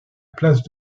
place